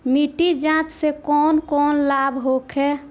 मिट्टी जाँच से कौन कौनलाभ होखे?